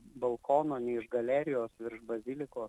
balkono ne iš galerijos virš bazilikos